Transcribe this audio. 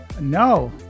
No